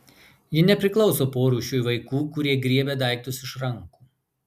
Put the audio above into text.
ji nepriklauso porūšiui vaikų kurie griebia daiktus iš rankų